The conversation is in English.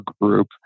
group